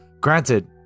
Granted